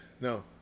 No